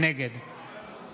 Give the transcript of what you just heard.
נגד